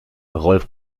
rolf